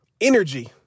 energy